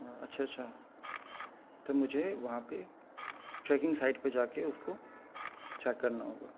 اچھا اچھا تو مجھے وہاں پہ ٹریکنگ سائٹ پہ جا کے اس کو چیک کرنا ہوگا